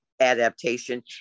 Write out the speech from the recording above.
adaptation